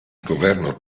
governo